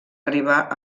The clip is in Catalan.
arribar